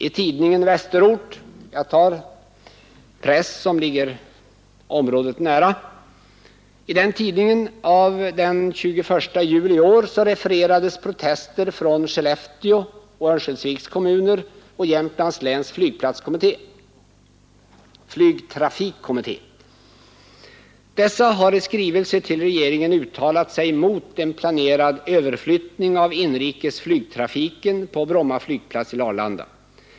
I tidningen Västerort — jag tar här sådan press som ligger området nära — av den 21 juli i år refererades protester från Skellefteå och Örnsköldsviks kommuner samt från Jämtlands läns flygtrafikkommitté. Dessa har i skrivelser till regeringen uttalat sig mot en planerad överflyttning av den inrikes flygtrafiken på Bromma flygplats till Arlanda.